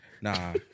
Nah